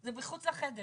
זה מחוץ לחדר,